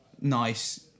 nice